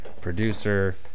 producer